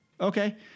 Okay